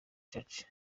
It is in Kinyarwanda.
church